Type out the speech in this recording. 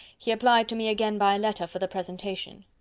he applied to me again by letter for the presentation.